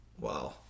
Wow